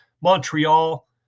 Montreal